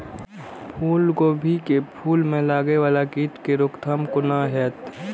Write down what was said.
फुल गोभी के फुल में लागे वाला कीट के रोकथाम कौना हैत?